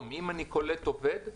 אם אני קולט היום עובד,